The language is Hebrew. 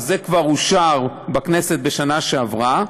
וזה כבר אושר בכנסת בשנה שעברה,